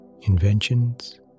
inventions